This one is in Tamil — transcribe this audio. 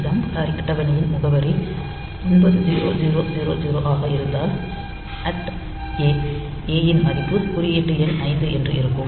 ஜம்ப் அட்டவணையின் முகவரி 9000 ஆக இருந்தால் ஏ ஏ யின் மதிப்பு குறியீட்டு எண் 5 என்று இருக்கும்